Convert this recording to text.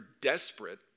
desperate